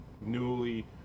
newly